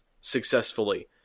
successfully